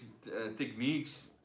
techniques